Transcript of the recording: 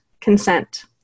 consent